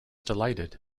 delighted